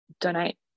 donate